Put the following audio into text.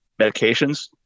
medications